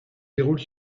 déroule